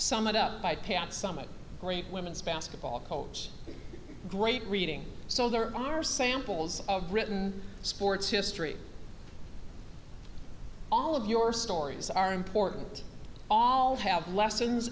sum it up by pat summitt great women's basketball coach great reading so there are samples of written sports history all of your stories are important all have lessons